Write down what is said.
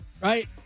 right